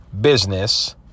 business